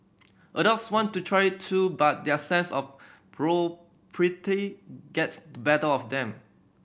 adults want to try it too but their sense of propriety gets the better of them